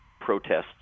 protests